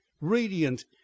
radiant